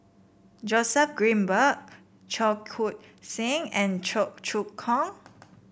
Joseph Grimberg Cheong Koon Seng and Cheong Choong Kong